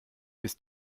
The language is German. bist